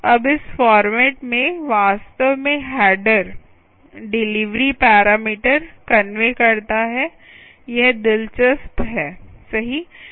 अब इस फॉर्मेट में वास्तव में हैडर डिलीवरी पैरामीटर कनवे करता है यह दिलचस्प है